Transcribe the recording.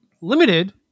Limited